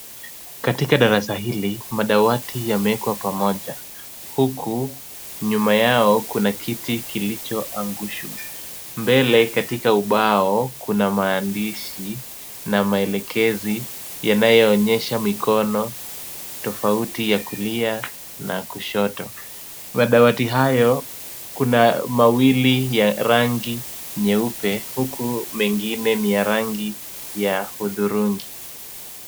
Katika darasa hili, madawati yamewekwa pamoja huku nyuma yao kuna kiti kilichoangushwa. Mbele katika ubao kuna maandishi na maelekezi yanayoonyesha mikono tofauti ya kulia na kushoto. Madawati hayo kuna mawili ya rangi nyeupe huku mengine ni ya rangi ya hudhurungi.